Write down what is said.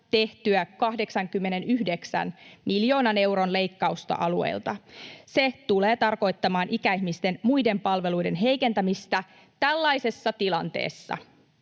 tehtyä 89 miljoonan euron leikkausta alueilta. Se tulee tarkoittamaan ikäihmisten muiden palveluiden heikentämistä tällaisessa tilanteessa,